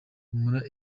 humura